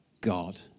God